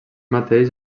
mateix